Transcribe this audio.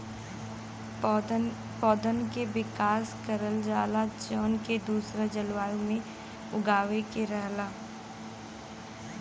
पौधन के विकास करल जाला जौन के दूसरा जलवायु में उगावे के रहला